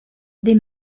des